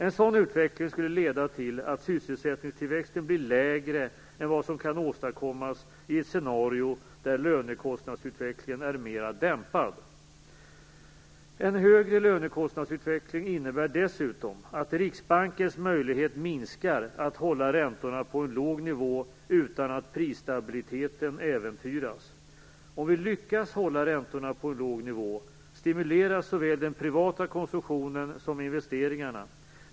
En sådan utveckling skulle leda till att sysselsättningstillväxten blir lägre än vad som kan åstadkommas i ett scenario där lönekostnadsutvecklingen är mera dämpad. En högre lönekostnadsutveckling innebär dessutom att Riksbankens möjlighet minskar att hålla räntorna på en låg nivå, utan att prisstabiliteten äventyras. Om vi lyckas hålla räntorna på en låg nivå stimuleras såväl den privata konsumtionen som investeringarna.